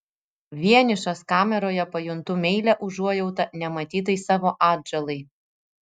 vienišas kameroje pajuntu meilią užuojautą nematytai savo atžalai